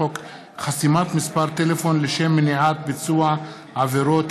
חוק חסימת מספר טלפון לשם מניעת ביצוע עבירות,